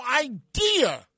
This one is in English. idea